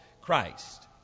Christ